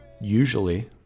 Usually